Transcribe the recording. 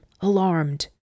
alarmed